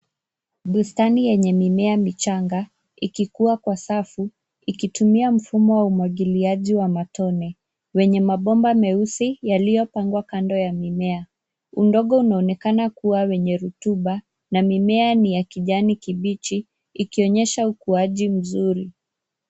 Bustani yenye mimea michanga ikikua kwa safu ikitumia mfumo wa umwagiliaji wa matone wenye mabomba meusi yaliyo pangwa kando ya mimea. Udongo unaonekana kuwa wenye rutuba na mimea ni ya kijani kibichi ikionyesha ukuaji mzuri.